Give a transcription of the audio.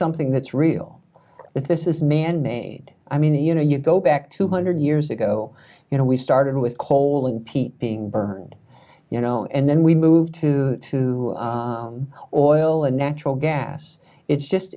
something that's real this is manmade i mean you know you go back two hundred years ago you know we started with coal and peat being burned you know and then we moved to to oil and natural gas it's just